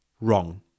wrong